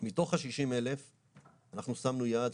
מתוך ה-60,000 אנחנו שמנו יעד,